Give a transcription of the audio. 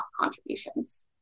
contributions